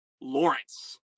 Lawrence